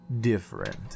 different